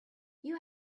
you